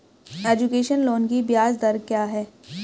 Education loan की ब्याज दर क्या है?